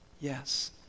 yes